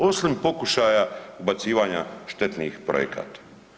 Osim pokušaja ubacivanja štetnih projekata.